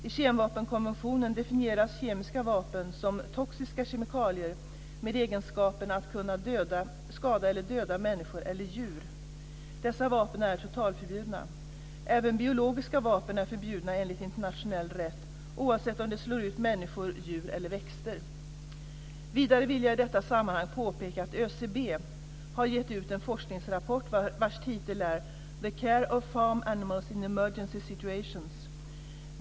I kemvapenkonventionen definieras kemiska vapen som toxiska kemikalier med egenskapen att kunna skada eller döda människor eller djur. Dessa vapen är totalförbjudna. Även biologiska vapen är förbjudna enligt internationell rätt, oavsett om de slår ut människor, djur eller växter. Vidare vill jag i detta sammanhang påpeka att ÖCB, Överstyrelsen för civil beredskap, har gett ut en forskningsrapport vars titel är The Care of Farm Animals in Emergency Situations.